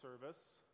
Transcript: service